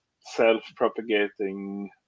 self-propagating